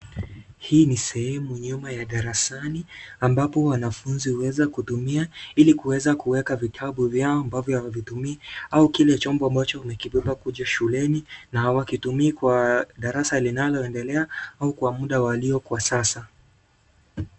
Hii ni sehemu nyuma ya darasani ambapo wanafunzi wanaweza kuhudumia ili kuweza kuweka vitabu vyao ambavyo hawavitumii au kile chombo ambacho wamekibeba kuja shuleni na hawakitumii kwa darasa linaloendelea au kwa mda walio kwa sasa.